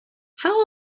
how